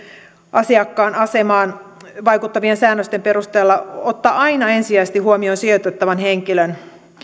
asiakkaan asemaan vaikuttavien säännösten perusteella ottaa aina ensisijaisesti huomioon sijoitettavan henkilön